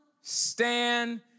stand